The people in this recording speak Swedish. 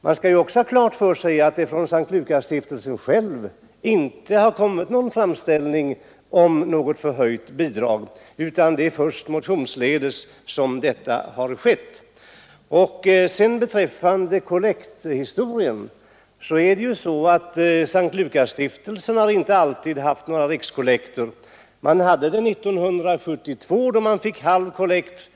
Man skall också ha klart för sig att S:t Lukasstiftelsen själv inte har gjort någon framställning om förhöjt bidrag, utan det är först motionsledes som ett sådant önskemål har framställts. S:t Lukasstiftelsen har inte alltid haft rikskollekt. Första gången var 1972, då stiftelsen fick halv kollekt.